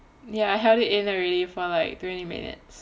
ya I held it in already for like twenty minutes